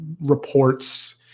reports